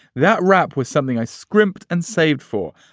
that rap was something i scrimped and saved for.